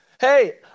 Hey